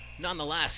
Nonetheless